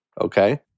Okay